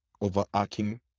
overarching